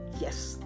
Yes